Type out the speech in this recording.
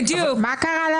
מה קרה?